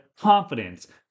confidence